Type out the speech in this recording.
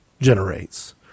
generates